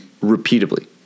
repeatedly